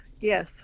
Yes